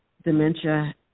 Dementia